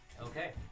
Okay